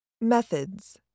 Methods